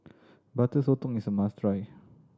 Butter Sotong is a must try